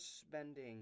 spending